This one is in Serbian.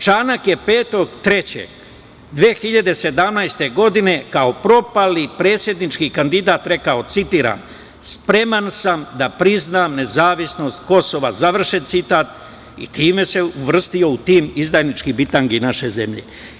Čanak je 5. 3. 2017. godine kao propali predsednički kandidat rekao: "Spreman sam da priznam nezavisnost Kosova" i time se uvrstio u tim izdajničkih bitangi naše zemlje.